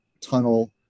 tunnel